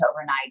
overnight